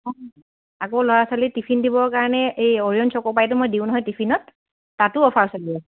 আকৌ ল'ৰা ছোৱালী টিফিন দিবৰ কাৰণে এই অৰিয়ণ চকো পাইটো মই দিওঁ নহয় টিফিনত তাতো অ'ফাৰ চলি